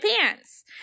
pants